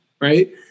right